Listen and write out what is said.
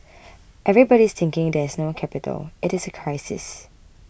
everybody is thinking there is no capital it is a crisis